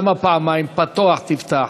למה פעמיים, "פתח תפתח"?